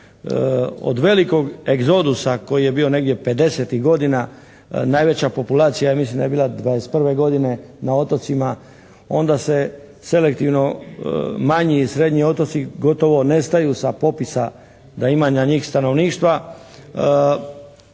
od velikog egzodusa koji je bio negdje 50-tih godina najveća populacija ja mislim da je bila '21. godine na otocima, onda se selektivno manji i srednji otoci gotovo nestaju sa popisa da ima na njih stanovništva